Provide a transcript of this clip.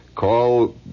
Call